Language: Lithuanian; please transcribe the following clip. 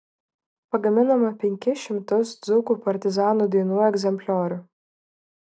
pagaminome penkis šimtus dzūkų partizanų dainų egzempliorių